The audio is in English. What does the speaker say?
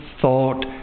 thought